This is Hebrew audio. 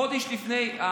חודש לפני,